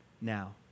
now